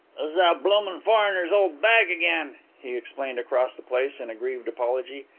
it's that bloomin' foreigner's old bag again, he explained across the place in aggrieved apology.